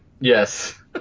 Yes